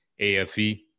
AFE